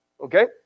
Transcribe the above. Okay